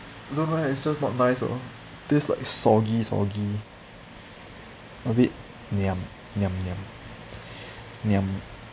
no meh it's just not nice oh tastes like soggy soggy a bit niam niam niam niam